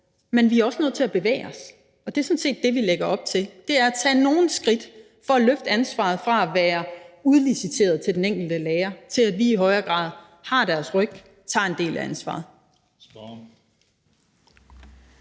Men vi er også nødt til at bevæge os, og det er sådan set det, vi lægger op til, nemlig at tage nogle skridt for at løfte ansvaret fra at være udliciteret til den enkelte lærer, til at vi i højere grad har deres ryg og tager en del af ansvaret.